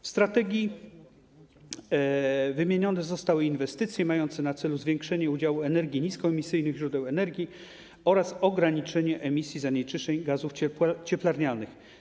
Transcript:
W strategii wymienione zostały inwestycje mające na celu zwiększenie udziału energii z niskoemisyjnych źródeł energii oraz ograniczenie emisji zanieczyszczeń gazów cieplarnianych.